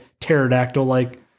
pterodactyl-like